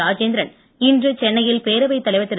ராஜேந்திரன் இன்று சென்னையில் பேரவைத் தலைவர் திரு